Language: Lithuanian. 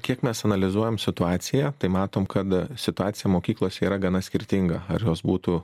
kiek mes analizuojam situaciją tai matom kad situacija mokyklose yra gana skirtinga ar jos būtų